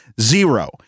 zero